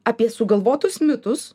apie sugalvotus mitus